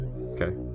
Okay